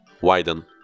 widen